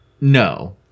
No